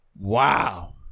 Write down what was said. wow